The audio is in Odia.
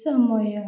ସମୟ